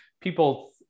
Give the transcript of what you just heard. people